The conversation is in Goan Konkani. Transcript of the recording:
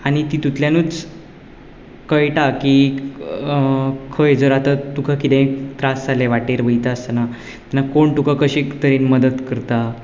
आनी तितूंतल्यानूच कळटा की खंय जर आतां तुका किदेंय त्रास जाले वाटेर वयता आसतना तेन्ना कोण तुका कशी तरेन मदत करता